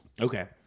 Okay